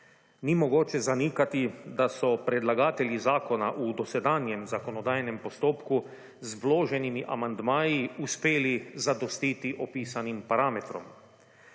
Ni mogoče zanikati, da so predlagatelji zakona v dosedanjem zakonodajnem postopku, z vloženimi amandmaji uspeli zadostiti opisanim parametrom.